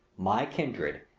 my kindred,